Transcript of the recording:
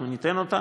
אנחנו ניתן אותה